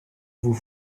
vous